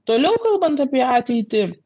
toliau kalbant apie ateitį